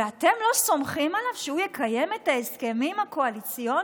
ואתם לא סומכים עליו שהוא יקיים את ההסכמים הקואליציוניים?